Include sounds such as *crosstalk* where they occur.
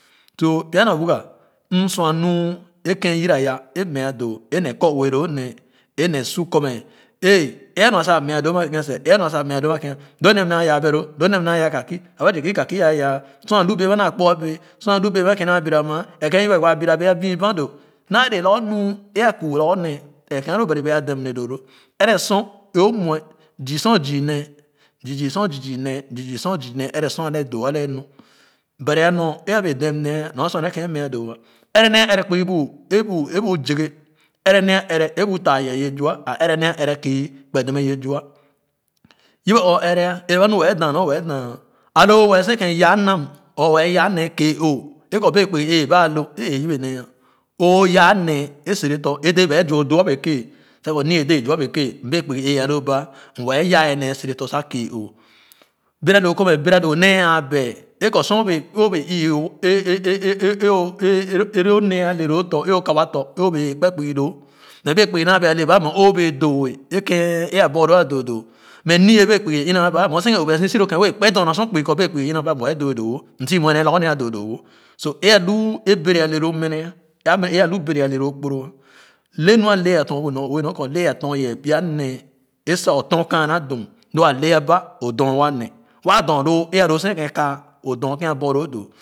So pya na wuya m sua nu e ken yira ya e mɛ doo ɛne kɔ ue loo nee ene su kɔ mɛ é anua sa meah doo ama loo nee naa yaa bero lo nee naa yaa kaki aba zü ka ikaki nua yaah sor a lu bee ama naa kpua bee sor a nu bee a bii banh doo naa le lorgor nu é akuu lorgor nee yɛɛ ken alo bari wɛɛ a dem nee doo lo ɛrɛ sor nee ɛrɛ sor a lɛɛ doo. Bari anor é abee dem ah nor sua nee ken meah doo ah ɛrɛ nee a ɛrɛ kpugi bo ebo ebo zekeh a ɛrɛ nee a ɛrɛ bu taa yɛɛ ye zua a ɛrɛ nee a ɛrɛ kü kpe demɛ ye zua yebe ɛɛ o ɛrɛ ba nu wɛɛ dan nor wɛɛ da alo o wɛɛ senken yaa nam or wɛɛ yaa nee kee oo e kɔ bee kpugi ee ba alo a ee yabe nee o yaa nee a sɛre tɔ̃ é dee ba a doo ahua beke sa kɔ ni-ee dee zuabeke mbee kpugi eeloo ba m wɛɛ yaa nee sere tɔ̃ sa kẽẽ oo bɛga doo kɔ mɛ bɛga doo nee a doo nee a bee sor o bee sor obee ii *hesitation* loo nee aa le lo tɔ̃ eo kawa tɔ̃ ẽ obee wɛɛ kpe kpugi loo mɛ bee kpugi naa bee ale ba mɛ o bee doo e ken a borloo lo a doodoo mɛ ee bee kpugie iha ba, mɛ o senakan obik si so lo ken wɛɛ kpe dorna sor kpugi because bee kpugi e ima aba m wɛɛ doo a doo m si mue nee lorgor nee a doo doo wo so e alu bɛrɛ ale lo mene a me ne alo bɛrɛ ale o kporo le nu a ma dɔn bu nyorne nor kɔ le a tɔn yee pya nee a sa o tɔn kaana dum lo a lɛɛ aba o dor wa nee wa dor lo e alo o seken kaa o doo ken a borloo doo.